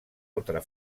altra